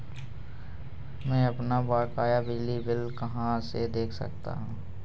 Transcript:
मैं अपना बकाया बिजली का बिल कहाँ से देख सकता हूँ?